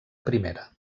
primera